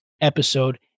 episode